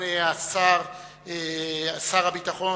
אנחנו עוברים מייד לשאילתות דחופות.